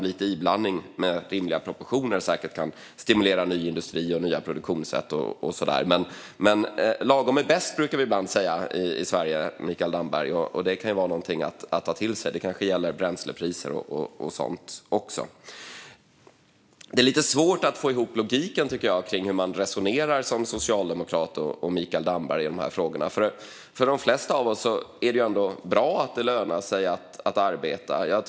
Lite iblandning med rimliga proportioner kan säkert stimulera ny industri, nya produktionssätt och så vidare. Men lagom är bäst, brukar vi ibland säga i Sverige, och det kan vara någonting att ta till sig, Mikael Damberg. Det kanske gäller bränslepriser och sådant också. Det är lite svårt att få ihop logiken i hur Socialdemokraterna och Mikael Damberg resonerar i de här frågorna. För de flesta av oss är det ändå bra att det lönar sig att arbeta.